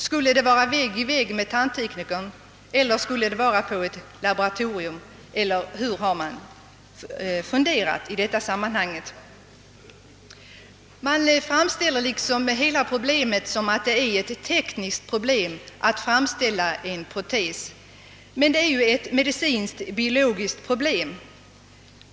Skulle det vara vägg i vägg med tandläkaren eller skulle det vara på ett laboratorium eller vad är det man avser i detta sammanhang? Man framställer hela problemet som om det är ett rent tekniskt problem att framställa en protes. Men det är ju ett medicinskt-biologiskt problem.